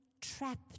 trapped